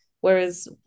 Whereas